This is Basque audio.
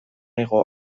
hego